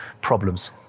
problems